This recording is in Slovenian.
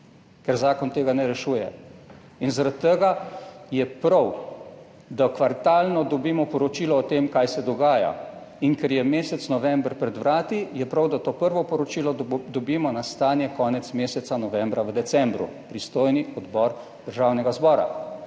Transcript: ker zakon tega ne rešuje. In zaradi tega je prav, da kvartalno dobimo poročilo o tem, kaj se dogaja. In ker je mesec november pred vrati, je prav, da to prvo poročilo dobimo na stanje konec meseca novembra, v decembru, pristojni odbor Državnega zbora.